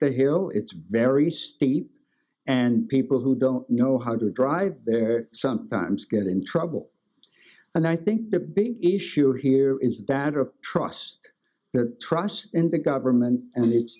the hill it's very steep and people who don't know how to drive there sometimes get in trouble and i think the big issue here is batter of trust that trusts in the government and it